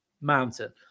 mountain